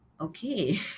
Okay